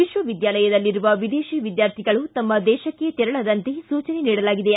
ವಿಶ್ವವಿದ್ಯಾಲಯದಲ್ಲಿರುವ ವಿದೇಶಿ ವಿದ್ವಾರ್ಥಿಗಳು ತಮ್ನ ದೇಶಕ್ಕೆ ತೆರಳದಂತೆ ಸೂಚನೆ ನೀಡಲಾಗಿದೆ